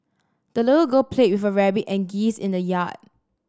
the little girl played with her rabbit and geese in the yard